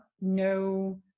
no